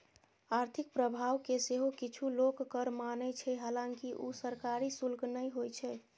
आर्थिक प्रभाव कें सेहो किछु लोक कर माने छै, हालांकि ऊ सरकारी शुल्क नै होइ छै